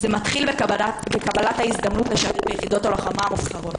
זה מתחיל בקבלת ההזדמנות לשרת ביחידות הלוחמה המובחרות